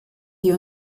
die